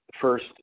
First